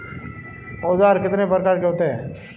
औज़ार कितने प्रकार के होते हैं?